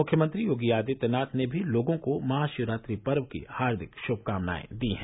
मुख्यमंत्री योगी आदित्यनाथ ने भी लोगों को महाशिवरात्रि पर्व की हार्दिक शुभकामनाएं दी हैं